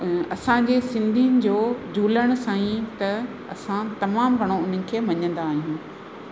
असांजे सिंधियुनि जो झूलण साईं त असां तमामु घणो उन्हनि खे मञंदा आहियूं